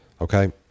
Okay